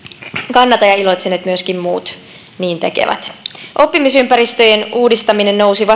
kannatan ja iloitsen että myöskin muut niin tekevät oppimisympäristöjen uudistaminen nousi